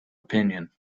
opinion